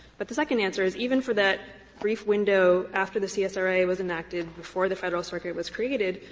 but the second answer is, even for that brief window after the csra was enacted before the federal circuit was created,